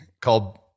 called